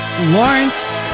Lawrence